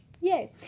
yay